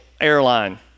airline